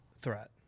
threat